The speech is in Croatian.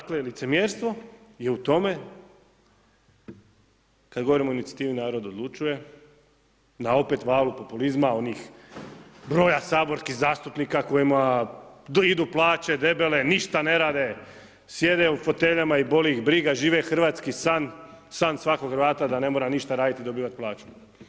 Dakle licemjerstvo je u tome kad govorimo o inicijativi Narod odlučuje na opet valu populizma, onih broja saborskih zastupnika kojima idu plaće debele, ništa ne rade, sjede u foteljama i boli ih briga, žive hrvatski san, san svakog Hrvata da ne mora ništa raditi i dobivati plaću.